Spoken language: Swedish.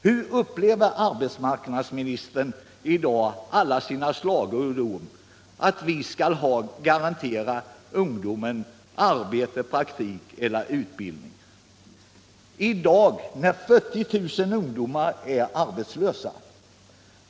Hur upplever arbetsmarknadsministern i dag alla sina slagord om att vi skall garantera ungdomen arbete, praktik eller utbildning — i dag när 40 000 ungdomar är arbetslösa?